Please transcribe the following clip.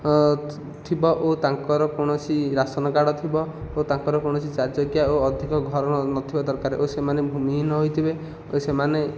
ଥିବ ଓ ତାଙ୍କର କୌଣସି ରାସନ କାର୍ଡ଼ ଥିବ ଓ ତାଙ୍କର କୌଣସି ଚାରିଚକିଆ ଓ ଅଧିକ ଘର ନଥିବା ଦରକାର ଓ ସେମାନେ ଭୂମିହୀନ ହୋଇଥିବେ ଓ ସେମାନେ